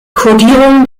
kodierung